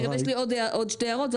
רק רגע, אבל יש לי עוד שתי הערות.